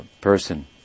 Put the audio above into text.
person